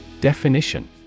Definition